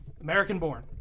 American-born